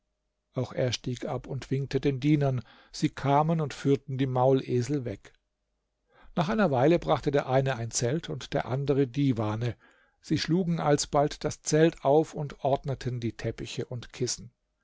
auch er stieg ab und winkte den dienern sie kamen und führten die maulesel weg nach einer weile brachte der eine ein zelt und der andere divane sie schlugen alsbald das zelt auf und ordneten die teppiche und kissen